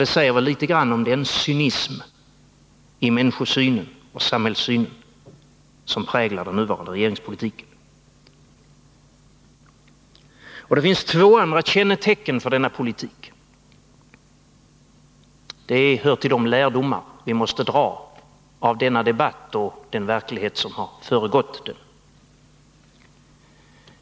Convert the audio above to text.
Det säger väl litet om den cynism när det gäller människosynen och samhällssynen som präglar den nuvarande regeringspolitiken. Det finns två andra kännetecken för denna politik. Det hör till de lärdomar vi måste dra av denna debatt och den verklighet som föregått den.